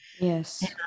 yes